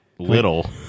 little